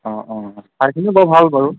ঠাইখিনি বৰ ভাল বাৰু